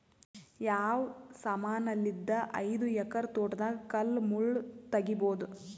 ಯಾವ ಸಮಾನಲಿದ್ದ ಐದು ಎಕರ ತೋಟದಾಗ ಕಲ್ ಮುಳ್ ತಗಿಬೊದ?